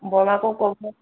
বৰমাকো ক'ব